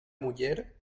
muller